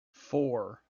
four